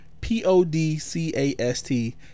p-o-d-c-a-s-t